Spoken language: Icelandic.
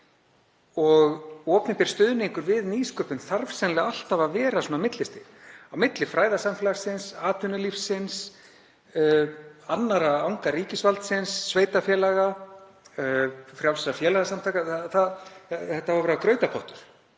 og opinber stuðningur við nýsköpun þarf sennilega alltaf að vera millistig á milli fræðasamfélagsins, atvinnulífsins, annarra anga ríkisvaldsins, sveitarfélaga og frjálsra félagasamtaka. Þetta á að vera grautarpottur